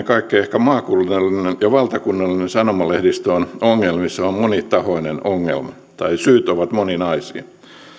kaikkea ehkä maakunnallinen ja valtakunnallinen sanomalehdistö on ongelmissa on on monitahoinen ongelma tai syyt ovat moninaisia